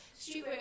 streetwear